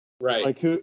Right